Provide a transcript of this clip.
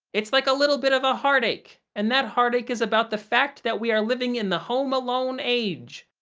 it's like a little bit of a heartache, and that heartache is about the fact that we are living in the home alone age.